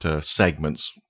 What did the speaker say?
segments